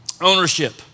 Ownership